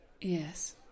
Yes